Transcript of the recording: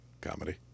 Comedy